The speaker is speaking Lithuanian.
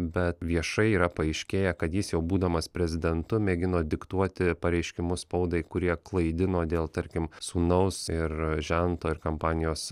bet viešai yra paaiškėję kad jis jau būdamas prezidentu mėgino diktuoti pareiškimus spaudai kurie klaidino dėl tarkim sūnaus ir žento ir kampanijos